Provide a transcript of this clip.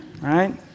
right